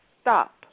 stop